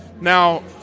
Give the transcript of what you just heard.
Now